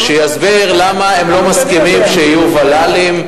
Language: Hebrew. ושיסביר למה הם לא מסכימים שיהיו ול"לים.